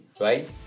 right